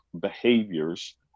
behaviors